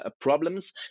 problems